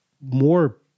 more